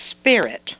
spirit